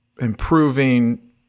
improving